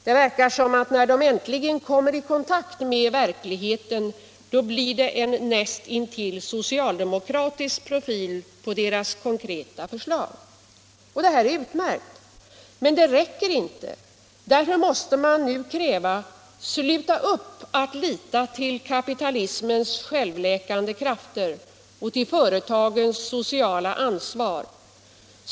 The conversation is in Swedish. När de borgerliga äntligen kommer i kontakt med verkligheten verkar det som om det blir en näst intill socialdemokratisk profil på deras konkreta förslag. Och det är utmärkt! Men det räcker inte. Därför måste man nu kräva: Sluta upp att lita till kapitalismens självläkande krafter och företagens sociala ansvar!